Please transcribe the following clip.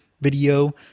video